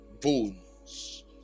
bones